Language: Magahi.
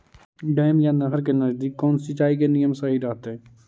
डैम या नहर के नजदीक कौन सिंचाई के नियम सही रहतैय?